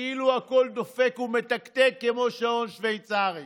כאילו הכול דופק ומתקתק כמו שעון שווייצרי.